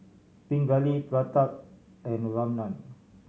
Pingali Pratap and Ramnath